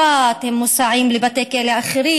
להעביר את זה לדיון בוועדת הפנים.